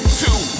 two